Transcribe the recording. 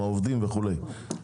עם העובדים וכו'.